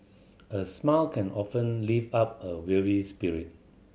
a smile can often lift up a weary spirit